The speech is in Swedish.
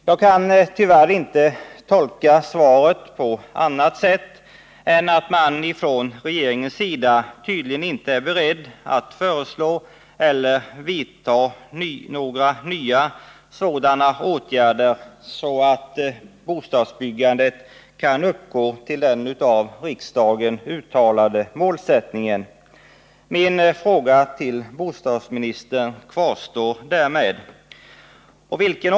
Jag kan tyvärr inte tolka svaret på annat sätt än att man från regeringens sida inte är beredd att föreslå eller vidta några sådana åtgärder att bostadsbyggandet kan uppnå den av riksdagen uttalade målsättningen. Min fråga till bostadsministern kvarstår därmed.